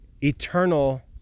eternal